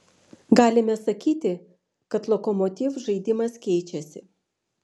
galime sakyti kad lokomotiv žaidimas keičiasi